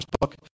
book